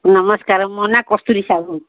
ନମସ୍କାର ମୋ ନାଁ କସ୍ତୁରୀ ସାହୁୁ